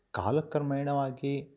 ಕಾಲ ಕ್ರಮೇಣವಾಗಿ